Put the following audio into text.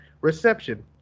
reception